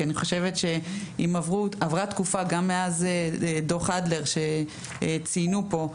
כי אני חושבת שאם עברה תקופה גם מאז דוח אדלר שציינו פה,